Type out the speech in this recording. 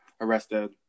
arrested